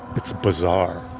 it's bizarre.